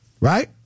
Right